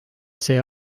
see